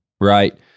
right